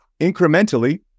incrementally